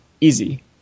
easy